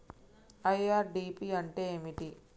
IRDP అంటే ఏమిటి?